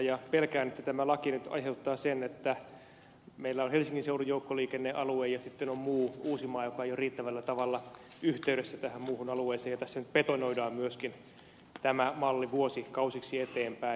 pelkään että tämä laki nyt aiheuttaa sen että meillä on helsingin seudun joukkoliikennealue ja sitten on muu uusimaa joka ei ole riittävällä tavalla yhteydessä tähän muuhun alueeseen ja tässä nyt betonoidaan myöskin tämä malli vuosikausiksi eteenpäin